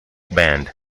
band